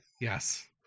Yes